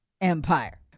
empire